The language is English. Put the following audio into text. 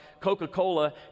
Coca-Cola